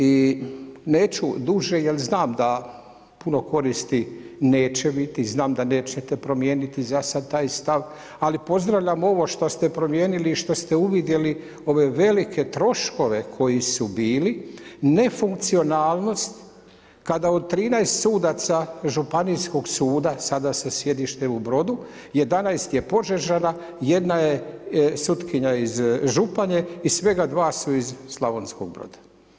I neću duže jer znam da puno koristi neće biti, znam da nećete promijeniti za sada taj stav, ali pozdravljam ovo što ste promijenili i što ste uvidjeli ove velike troškove koji su bili, ne funkcionalnost kada od 13 sudaca županijskog suda sada sa sjedištem u Brodu 11 je Požežana, jedna je sutkinja iz Županje i svega 2 su iz Slavonskog Broda.